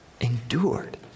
endured